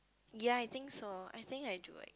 ya I think so I think I do it